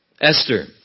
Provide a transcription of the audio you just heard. Esther